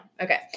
Okay